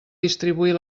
distribuir